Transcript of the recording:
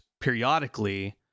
periodically